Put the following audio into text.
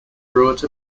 brought